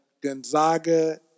Gonzaga